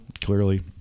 clearly